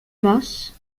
basses